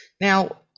now